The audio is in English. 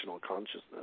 consciousness